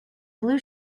blue